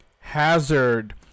Hazard